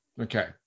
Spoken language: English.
okay